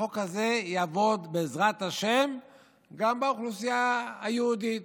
החוק הזה יעבוד בעזרת השם גם באוכלוסייה היהודית,